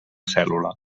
cèl·lula